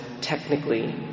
technically